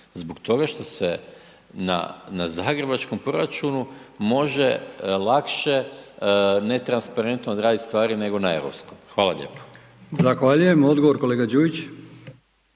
Zbog toga što se na zagrebačkom proračunu može lakše netransparentno odraditi stvari nego na europskom. Hvala lijepo. **Brkić, Milijan (HDZ)** Zahvaljujem. Odgovor kolega Đujić.